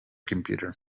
computer